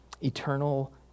Eternal